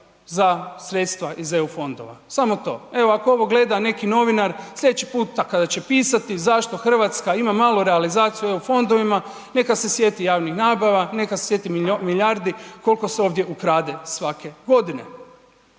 za sredstva iz eu fondova, samo to. Evo ako ovo gleda neki novinar, slj. puta kada će pisati zašto Hrvatska ima malu realizaciju u eu fondovima neka se sjeti javnih nabava, neka se sjeti milijardi koliko se ovdje ukrade svake godine.